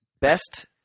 Best